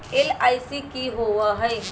LIC की होअ हई?